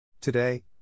Today